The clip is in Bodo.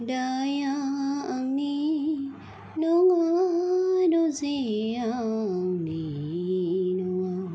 दाइया आंनि नङा रजे आंनि नङा